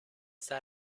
sta